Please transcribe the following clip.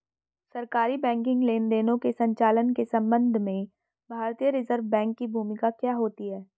सरकारी बैंकिंग लेनदेनों के संचालन के संबंध में भारतीय रिज़र्व बैंक की भूमिका क्या होती है?